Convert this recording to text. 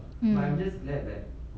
mm